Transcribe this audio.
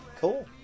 Cool